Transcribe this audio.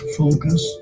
focus